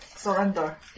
Surrender